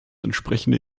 entsprechende